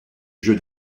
jeu